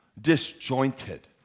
disjointed